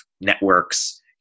networks